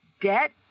debt